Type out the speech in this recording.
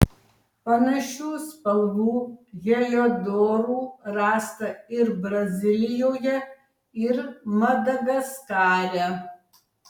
panašių spalvų heliodorų rasta ir brazilijoje ir madagaskare